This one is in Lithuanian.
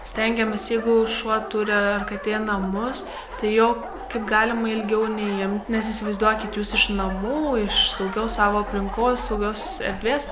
stengiamės jeigu šuo turi ar katė namus tai jo kaip galima ilgiau neimt nes įsivaizduokit jūs iš namų iš saugios savo aplinkos saugios erdvės